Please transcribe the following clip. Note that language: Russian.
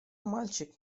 мальчик